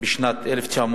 בשנת 1962